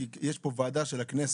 כי יש פה ועדה של הכנסת.